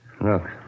Look